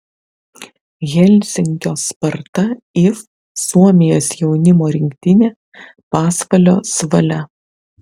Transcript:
helsinkio sparta if suomijos jaunimo rinktinė pasvalio svalia